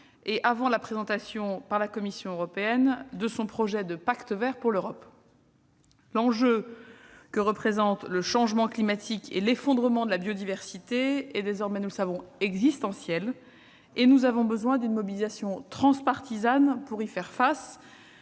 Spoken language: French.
à la présentation par la Commission européenne de son projet de pacte vert pour l'Europe. Le changement climatique et l'effondrement de la biodiversité apparaissent désormais comme des enjeux existentiels, et nous avons besoin d'une mobilisation transpartisane pour y faire face.